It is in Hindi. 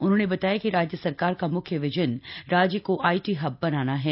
उन्होंने बताया कि राज्य सरकार का मुख्य विजन राज्य को आईटी हब बनाने का है